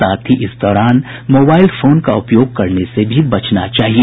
साथ ही इस दौरान मोबाईल फोन का उपयोग करने से भी बचना चाहिए